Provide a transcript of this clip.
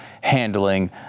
handling